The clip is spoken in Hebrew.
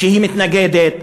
שמתנגדת,